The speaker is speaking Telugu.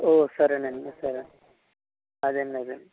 ఓ సరే అండి సరే అదే అండి అదే